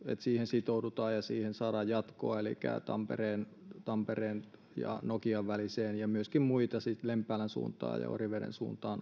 sitoudutaan ja siihen saadaan jatkoa elikkä tampereen tampereen ja nokian väliseen ja että myöskin muuta lempäälän suuntaan ja ja oriveden suuntaan